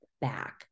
back